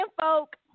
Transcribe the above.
folk